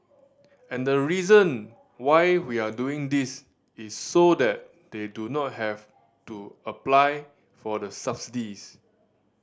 and the reason why we are doing this is so that they do not have to apply for the subsidies